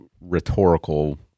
rhetorical